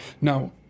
Now